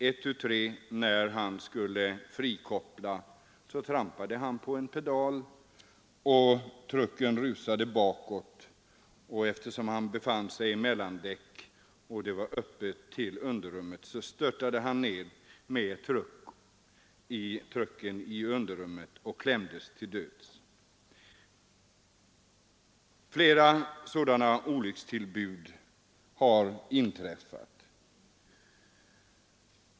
Ett tu tre när han skulle frikoppla trampade han på en pedal, och trucken rusade bakåt. Eftersom han befann sig på mellandäck och det var öppet till underrummet, störtade han ned med trucken i underrummet och klämdes till döds. Flera tillbud till sådana olyckor har också inträffat.